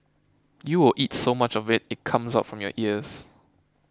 you will eat so much of it it comes out from your ears